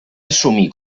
assumir